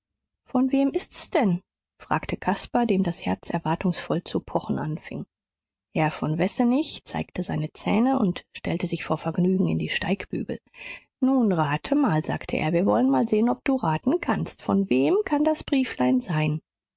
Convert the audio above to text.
von wem ist es denn fragte caspar dem das herz erwartungsvoll zu pochen anfing herr von wessenig zeigte seine zähne und stellte sich vor vergnügen in die steigbügel nun rate mal sagte er wir wollen mal sehen ob du raten kannst von wem kann das brieflein sein